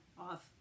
off